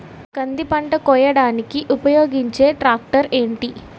కంది పంట కోయడానికి ఉపయోగించే ట్రాక్టర్ ఏంటి?